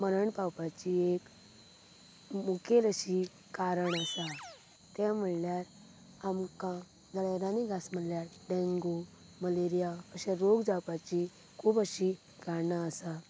मरण पावपाची एक मुखेल अशें कारण आसा तें म्हणल्यार आमकां जळारांनी घास मारल्यार डेंगु मलेरिया अशे रोग जावपाची खूब अशीं कारणां आसात